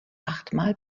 achtmal